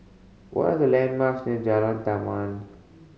what are the landmarks near Jalan Taman